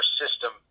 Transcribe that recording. system